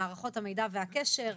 מערכות המידע והקשר,